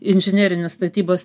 inžinerinis statybos